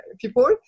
people